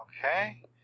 Okay